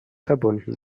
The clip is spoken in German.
verbunden